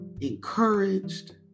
encouraged